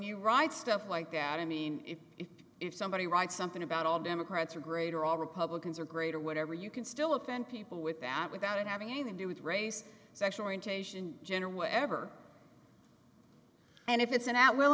you write stuff like that i mean if it if somebody writes something about all democrats are great or all republicans are great or whatever you can still offend people with that without it having the do with race sexual orientation gender whatever and if it's an at w